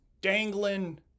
dangling